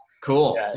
Cool